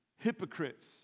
Hypocrites